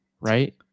right